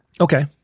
Okay